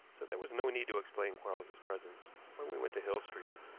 so there was no need to explain quarles's presence when we went to hill street.